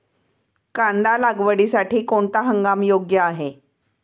कांदा लागवडीसाठी कोणता हंगाम योग्य आहे?